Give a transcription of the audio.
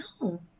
no